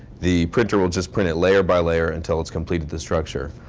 the printer will just put it layer by layer, until it's completed the structure.